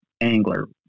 angler